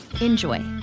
Enjoy